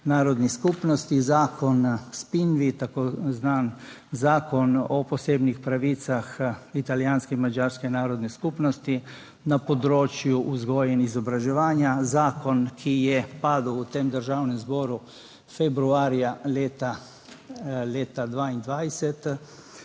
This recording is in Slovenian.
narodni skupnosti zakon SPINVI, tako znan Zakon o posebnih pravicah italijanske in madžarske narodne skupnosti na področju vzgoje in izobraževanja. zakon, ki je padel v tem Državnem zboru februarja leta 2022.